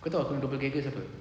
kau tahu aku doppelganger siapa